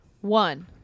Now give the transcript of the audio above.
One